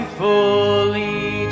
fully